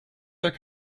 their